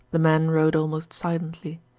the men rode almost silently.